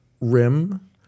rim